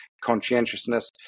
conscientiousness